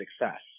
success